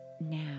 now